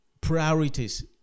priorities